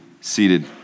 seated